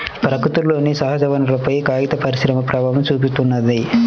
ప్రకృతిలోని సహజవనరులపైన కాగిత పరిశ్రమ ప్రభావం చూపిత్తున్నది